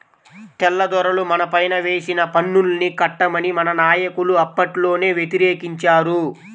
తెల్లదొరలు మనపైన వేసిన పన్నుల్ని కట్టమని మన నాయకులు అప్పట్లోనే వ్యతిరేకించారు